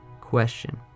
question